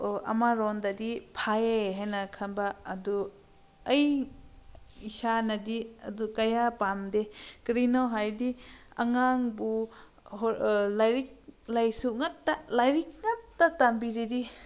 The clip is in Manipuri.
ꯑꯃꯔꯣꯝꯗꯗꯤ ꯐꯩ ꯍꯥꯏꯅ ꯈꯟꯕ ꯑꯗꯨ ꯑꯩ ꯏꯁꯥꯅꯗꯤ ꯑꯗꯨ ꯀꯌꯥ ꯄꯥꯝꯗꯦ ꯀꯔꯤꯅꯣ ꯍꯥꯏꯔꯗꯤ ꯑꯉꯥꯡꯕꯨ ꯂꯥꯏꯔꯤꯛ ꯂꯥꯏꯁꯨ ꯉꯥꯛꯇ ꯂꯥꯏꯔꯤꯛ ꯉꯥꯛꯇ ꯇꯝꯕꯤꯔꯗꯤ